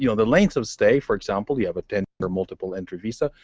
you know the length of stay, for example, you have a ten year multiple entry visa,